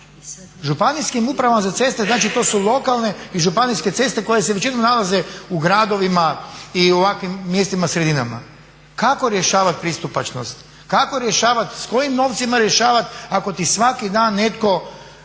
Županijskim upravama za ceste, znači to su lokalne i županijske ceste koje se većinom nalaze u gradovima i u ovakvim mjestima, sredinama. Kako rješavati pristupačnost? Kako rješavati? S kojim novcima rješavati ako ti svaki dan netko